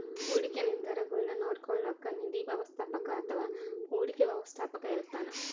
ಹೂಡಿಕೆ ನಿರ್ಧಾರಗುಳ್ನ ನೋಡ್ಕೋಳೋಕ್ಕ ನಿಧಿ ವ್ಯವಸ್ಥಾಪಕ ಅಥವಾ ಹೂಡಿಕೆ ವ್ಯವಸ್ಥಾಪಕ ಇರ್ತಾನ